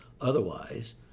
Otherwise